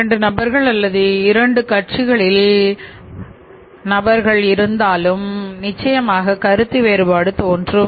இரண்டு நபர்கள் அல்லது இரண்டு கட்சிகளில் இருந்தாலும் நிச்சயமாக கருத்து வேறுபாடு தோன்றும்